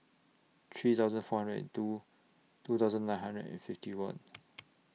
three thousand four hundred and two two thousand nine hundred and fifty one